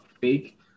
fake